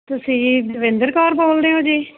ਤੁਸੀਂ ਜੀ ਦਵਿੰਦਰ ਕੌਰ ਬੋਲਦੇ ਓਂ ਜੀ